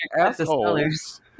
assholes